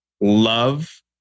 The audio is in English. love